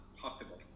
possible